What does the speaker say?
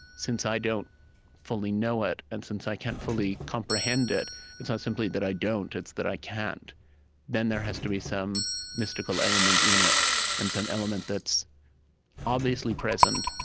since i don't fully know it, and since i can't fully comprehend it it's not simply that i don't, it's that i can't then, there has to be some mystical element in it and some element that's obviously present,